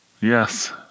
Yes